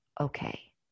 okay